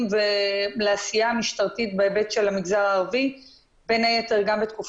מעודכן גם פילוח אזורי הגשות התלונות וגם לגביה שפות